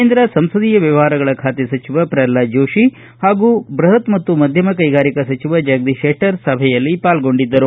ಕೇಂದ್ರ ಸಂಸದೀಯ ವ್ಣವಹಾರಗಳ ಖಾತೆ ಸಚಿವ ಪ್ರಹ್ಲಾದ ಜೋತಿ ಹಾಗೂ ಬೃಹತ್ ಮತ್ತು ಮಧ್ಯಮ ಕೈಗಾರಿಕಾ ಸಚಿವ ಜಗದೀಶ್ ಶೆಟ್ಟರ್ ಸಭೆಯಲ್ಲಿ ಪಾಲ್ಗೊಂಡಿದ್ದರು